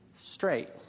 straight